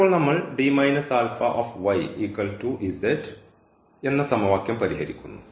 ഇനി ഇപ്പോൾ നമ്മൾ എന്ന സമവാക്യം പരിഹരിക്കുന്നു